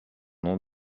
nom